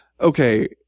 okay